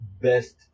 best